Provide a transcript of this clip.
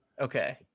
okay